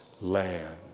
land